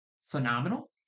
phenomenal